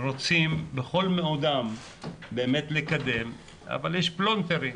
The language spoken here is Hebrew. רוצים בכל מאודם באמת לקדם אבל יש פלונטרים.